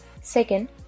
Second